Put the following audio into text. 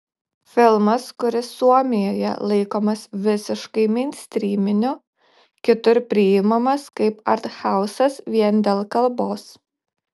filmas kuris suomijoje laikomas visiškai meinstryminiu kitur priimamas kaip arthausas vien dėl kalbos